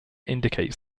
indicates